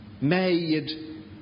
made